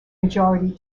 majority